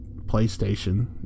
PlayStation